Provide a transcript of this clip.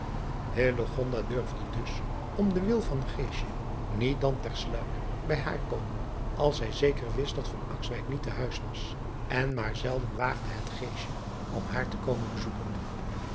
durfde dus om den wil van niet dan ter sluik bij haar komen als zij zeker wist dat niet te huis was en maar zelden waagde het om haar te komen bezoeken